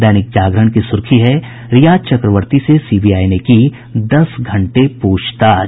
दैनिक जागरण की सुर्खी है रिया चक्रवर्ती से सीबीआई ने की दस घंटे पूछताछ